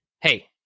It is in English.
Hey